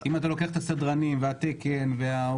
אם אתה לוקח את הסדרנים והתקן והעובדים?